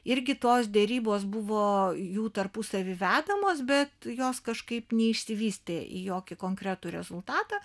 irgi tos derybos buvo jų tarpusavy vedamos bet jos kažkaip neišsivystė į jokį konkretų rezultatą